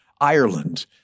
Ireland